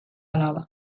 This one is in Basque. alaba